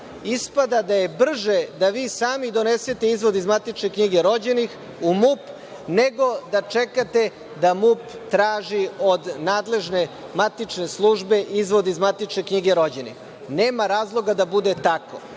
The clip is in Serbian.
ispada da je brže da vi sami donesete izvod iz matične knjige rođenih u MUP, nego da čekate da MUP traži od nadležne matične službe izvod iz matične knjige rođenih. Nema razloga da bude tako.